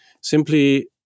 simply